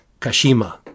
Kashima